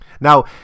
Now